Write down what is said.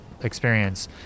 experience